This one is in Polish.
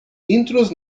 intruz